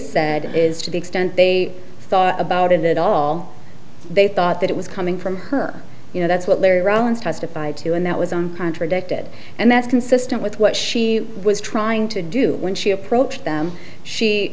said is to the extent they thought about it all they thought that it was coming from her you know that's what larry rollins testified to and that was on contradicted and that's consistent with what she was trying to do when she approached them she